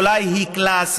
אולי היא קלאסית,